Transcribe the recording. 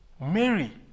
Mary